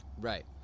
Right